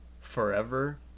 forever